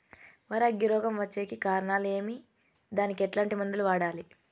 వరి అగ్గి రోగం వచ్చేకి కారణాలు ఏమి దానికి ఎట్లాంటి మందులు వాడాలి?